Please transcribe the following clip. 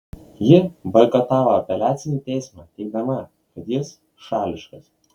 ji boikotavo apeliacinį teismą teigdama kad jis šališkas